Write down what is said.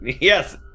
Yes